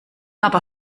aber